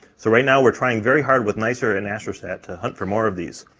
so right now, we're trying very hard with nicer and astrosat to hunt for more of these.